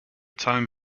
time